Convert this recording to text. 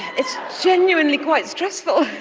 it's genuinely quite stressful